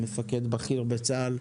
מפקד בכיר בצה"ל,